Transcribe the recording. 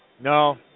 No